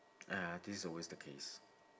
!aiya! this is always the case